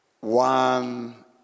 One